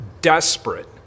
desperate